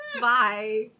Bye